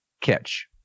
catch